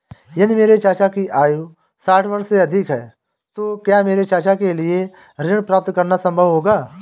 यदि मेरे चाचा की आयु साठ वर्ष से अधिक है तो क्या मेरे चाचा के लिए ऋण प्राप्त करना संभव होगा?